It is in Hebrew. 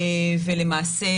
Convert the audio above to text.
ולמעשה